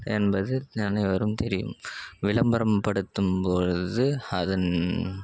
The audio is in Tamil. என்பது அனைவரும் தெரியும் விளம்பரம்படுத்தும்பொழுது அதன்